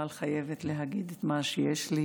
אבל אני חייבת להגיד את מה שיש לי